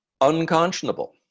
unconscionable